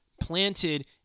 planted